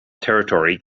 territory